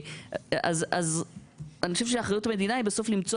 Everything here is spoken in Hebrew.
אני חושבת שאחריות המדינה היא בסוף למצוא